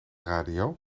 radio